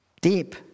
deep